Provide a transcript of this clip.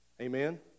Amen